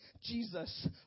Jesus